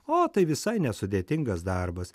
o tai visai nesudėtingas darbas